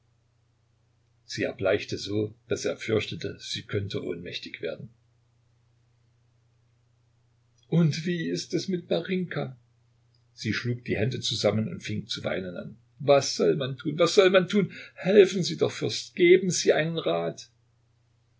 sie erbleichte so daß er fürchtete sie könnte ohnmächtig werden und wie ist es mit marinjka sie schlug die hände zusammen und fing zu weinen an was soll man tun was soll man tun helfen sie doch fürst geben sie einen rat